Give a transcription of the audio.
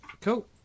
Cool